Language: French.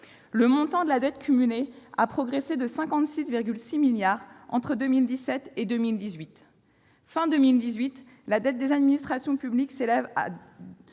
Le montant de la dette cumulé a progressé de 56,6 milliards d'euros entre 2017 et 2018. À la fin de 2018, la dette des administrations publiques s'élève à